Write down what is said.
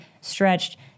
stretched